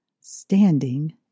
Standing